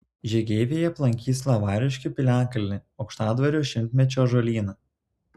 žygeiviai aplankys lavariškių piliakalnį aukštadvario šimtmečio ąžuolyną